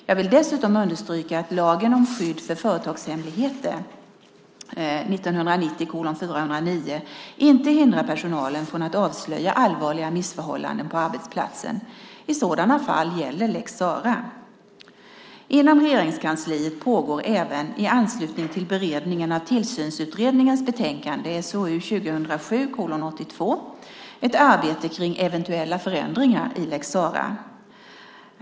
Jag vill dessutom understryka att lagen om skydd för företagshemligheter inte hindrar personalen från att avslöja allvarliga missförhållanden på arbetsplatsen. I sådana fall gäller lex Sarah. Inom Regeringskansliet pågår även - i anslutning till beredningen av tillsynsutredningens betänkande - ett arbete kring eventuella förändringar i lex Sarah.